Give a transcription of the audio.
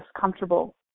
comfortable